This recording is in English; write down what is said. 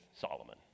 Solomon